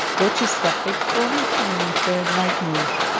what she suffered from? and i said, nightmares.